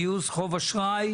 גיוס חוב אשראי.